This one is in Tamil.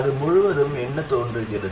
அது முழுவதும் என்ன தோன்றுகிறது